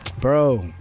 Bro